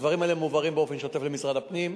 הדברים האלה מועברים באופן שוטף למשרד הפנים,